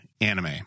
anime